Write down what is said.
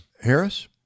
Harris